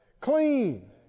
clean